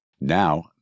Now